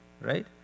right